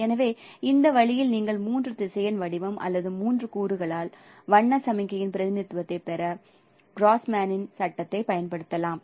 எனவே இந்த வழியில் நீங்கள் மூன்று திசையன் வடிவம் அல்லது மூன்று கூறுகளால் வண்ண சமிக்ஞையின் பிரதிநிதித்துவத்தைப் பெற கிராஸ்மேனின் சட்டத்தைப் பயன்படுத்தலாம்